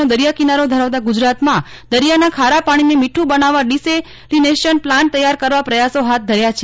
નો દરિયાકિનારો ધરાવતા ગુજરાતમાં દરિયાના ખારા પાણીને મીઠું બનાવવા ડીસેલીનેશન પ્લાન્ટ તૈયાર કરવા પ્રયાસો હાથ ધર્યા છે